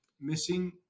Missing